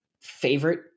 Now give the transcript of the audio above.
favorite